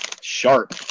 sharp